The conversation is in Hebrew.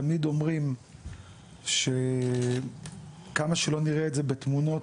תמיד אומרים שכמה שלא נראה את זה בתמונות,